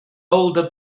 older